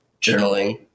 Journaling